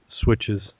switches